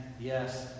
yes